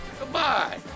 Goodbye